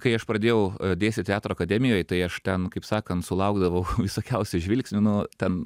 kai aš pradėjau dėstyt teatro akademijoj tai aš ten kaip sakant sulaukdavau visokiausių žvilgsnių nu ten